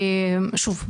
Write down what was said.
שוב,